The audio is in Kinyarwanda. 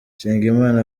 nsengimana